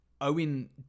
Owen